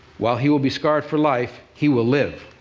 while he will be scarred for life, he will live.